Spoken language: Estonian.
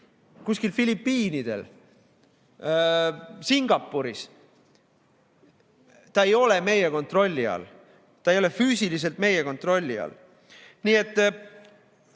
kuskil Filipiinidel, Singapuris. Ta ei ole meie kontrolli all, ta ei ole füüsiliselt meie kontrolli all. Nii et